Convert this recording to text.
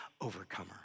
overcomer